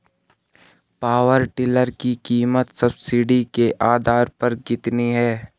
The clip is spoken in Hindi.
पावर टिलर की कीमत सब्सिडी के आधार पर कितनी है?